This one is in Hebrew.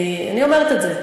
אני אומרת את זה.